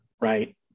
right